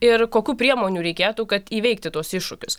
ir kokių priemonių reikėtų kad įveikti tuos iššūkius